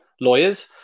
lawyers